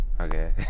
Okay